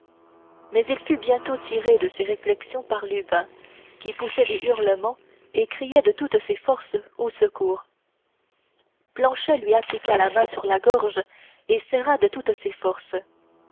mais il fut bientôt tiré de ces réflexions par lubin qui poussait des hurlements et criait de toutes ses forces au secours planchet lui appliqua la main sur la gorge et serra de toutes ses forces